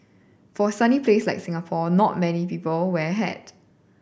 for a sunny place like Singapore not many people wear a hat